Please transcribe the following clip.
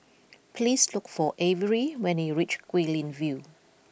please look for Avery when you reach Guilin View